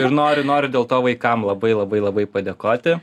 ir noriu noriu dėl to vaikam labai labai labai padėkoti